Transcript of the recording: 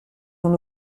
mon